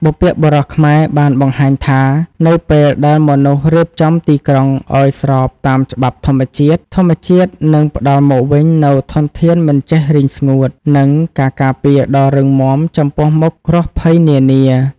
បុព្វបុរសខ្មែរបានបង្ហាញថា នៅពេលដែលមនុស្សរៀបចំទីក្រុងឱ្យស្របតាមច្បាប់ធម្មជាតិ ធម្មជាតិនឹងផ្ដល់មកវិញនូវធនធានមិនចេះរីងស្ងួត និងការការពារដ៏រឹងមាំចំពោះមុខគ្រោះភ័យនានា។